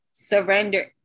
surrender